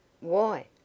Why